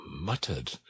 muttered